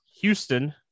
Houston